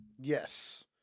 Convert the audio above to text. Yes